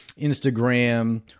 Instagram